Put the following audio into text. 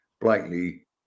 blatantly